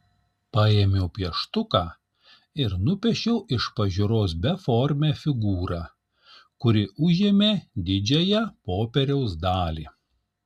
paėmiau pieštuką ir nupiešiau iš pažiūros beformę figūrą kuri užėmė didžiąją popieriaus dalį